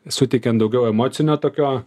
suteikiant daugiau emocinio tokio